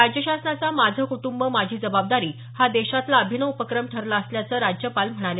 राज्य शासनाचा माझं कुटुंब माझी जबाबदारी हा देशातलं अभिनव उपक्रम ठरला असल्याचं राज्यपाल म्हणाले